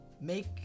make